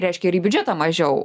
reiškia ir į biudžetą mažiau